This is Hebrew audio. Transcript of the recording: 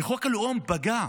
וחוק הלאום פגע.